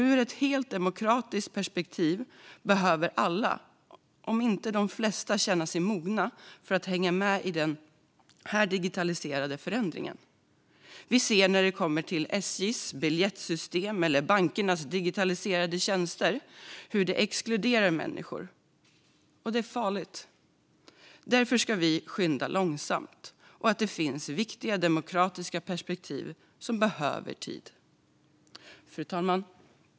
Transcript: Ur ett helt demokratiskt perspektiv behöver alla eller de flesta känna sig mogna för att hänga med i den här digitaliseringsförändringen. Vi ser när det kommer till SJ:s biljettsystem eller bankernas digitaliserade tjänster hur detta exkluderar människor, och det är farligt. Därför ska vi skynda långsamt och inse att de finns viktiga demokratiska perspektiv som behöver tid. Fru talman!